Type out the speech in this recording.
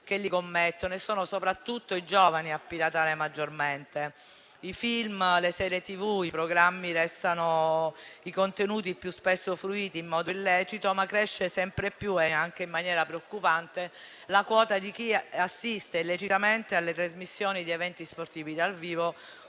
che li commettono e sono soprattutto i giovani a piratare maggiormente: i film, le serie TV, i programmi restano i contenuti più spesso fruiti in modo illecito, ma cresce sempre più e anche in maniera preoccupante la quota di chi assiste illecitamente alle trasmissioni di eventi sportivi dal vivo,